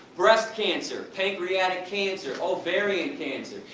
breast cancer, pancreatic cancer, ovarian cancer,